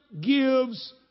gives